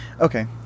Okay